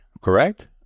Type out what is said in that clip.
correct